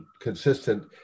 consistent